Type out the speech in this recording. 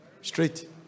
straight